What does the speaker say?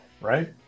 right